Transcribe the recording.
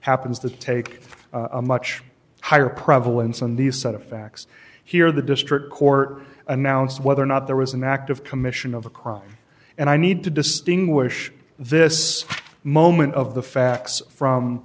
happens to take a much higher prevalence on the set of facts here the district court announced whether or not there was an act of commission of a crime and i need to distinguish this moment of the facts from